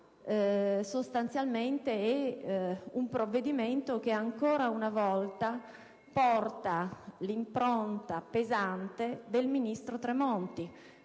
ma in realtà è un provvedimento che ancora una volta porta l'impronta pesante del ministro Tremonti,